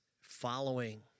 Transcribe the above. following